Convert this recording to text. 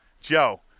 Joe